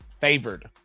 Favored